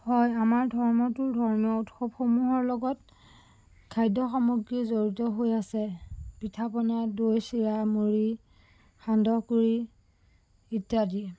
হয় আমাৰ ধৰ্মটো ধৰ্মীয় উৎসৱসমূহৰ লগত খাদ্য সামগ্ৰী জড়িত হৈ আছে পিঠা পনা দৈ চিৰা মুড়ি সান্দহ গুৰি ইত্যাদি